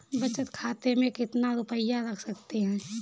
बचत खाते में कितना रुपया रख सकते हैं?